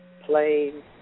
plane